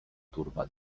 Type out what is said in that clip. turban